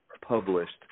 published